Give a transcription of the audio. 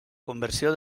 conversió